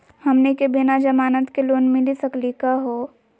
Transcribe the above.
हमनी के बिना जमानत के लोन मिली सकली क हो?